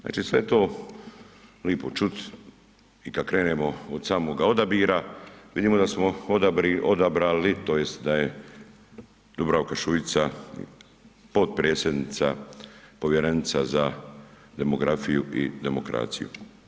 Znači sve to je lipo čut i kad krenemo od samog odabira, vidimo da smo odabrali tj. da je Dubravka Šuica potpredsjednica, povjerenica za demografiju i demokraciju.